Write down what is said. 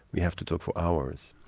we have to talk for ours.